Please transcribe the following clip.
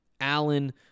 Allen